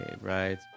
Right